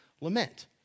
lament